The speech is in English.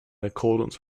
accordance